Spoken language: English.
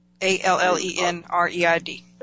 A-L-L-E-N-R-E-I-D